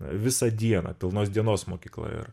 visą dieną pilnos dienos mokykla ir